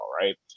Right